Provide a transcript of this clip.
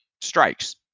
strikes